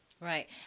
Right